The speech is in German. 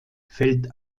fällt